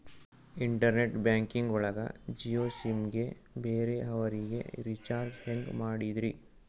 Internet banking ಒಳಗ Jio sim ಗೆ ಬೇರೆ ಅವರಿಗೆ ರೀಚಾರ್ಜ್ ಹೆಂಗ್ ಮಾಡಿದ್ರಿ?